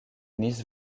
nice